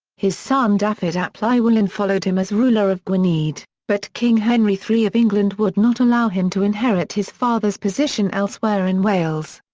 his son dafydd ap llywelyn followed him as ruler of gwynedd, but king henry iii of england would not allow him to inherit his father's position elsewhere in wales.